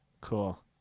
Cool